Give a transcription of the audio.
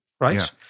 right